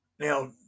Now